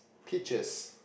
pictures